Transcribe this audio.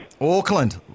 Auckland